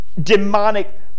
demonic